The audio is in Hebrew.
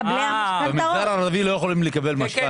במגזר הערבי לא יכולים לקבל משכנתה.